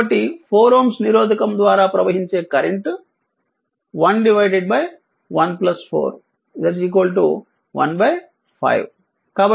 కాబట్టి 4 Ω నిరోధకం ద్వారా ప్రవహించే కరెంట్ 1 1 4 1 5